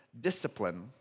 discipline